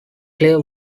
clear